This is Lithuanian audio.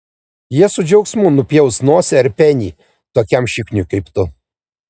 jie su džiaugsmu nupjaus nosį ar penį tokiam šikniui kaip tu